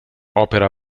opera